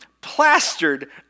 plastered